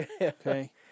okay